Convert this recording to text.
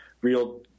real